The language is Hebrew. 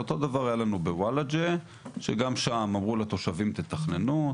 אותו דבר היה לנו בוואלג'ה שגם שם אמרו לתושבים תתכננו.